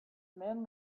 men